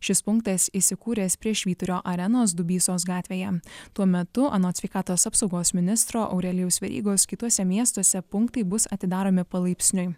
šis punktas įsikūręs prie švyturio arenos dubysos gatvėje tuo metu anot sveikatos apsaugos ministro aurelijaus verygos kituose miestuose punktai bus atidaromi palaipsniui